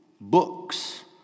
books